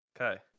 Okay